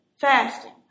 fasting